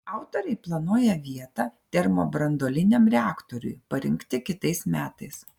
autoriai planuoja vietą termobranduoliniam reaktoriui parinkti kitais metais